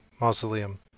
mausoleum